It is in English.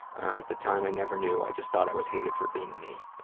at the time, i never knew. i just thought i was hated for being me.